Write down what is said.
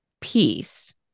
peace